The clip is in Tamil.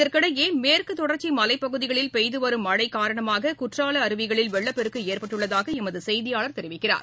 இதற்கிடையே மேற்கு தொடர்ச்சிமவைப்பகுதிகளில் பெய்துவரும் மழை காரணமாக குற்றால அருவிகளில் வெள்ளப் பெருக்கு ஏற்பட்டுள்ளதாக எமது செய்தியாளர் தெரிவிக்கிறார்